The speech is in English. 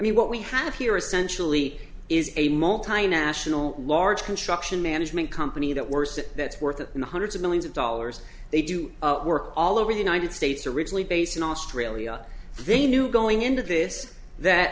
mean what we have here essentially is a multinational large construction management company that worst that's worth it in the hundreds of millions of dollars they do work all over the united states originally based in australia they knew going into this that